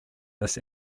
this